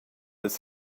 ils